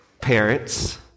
parents